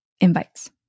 invites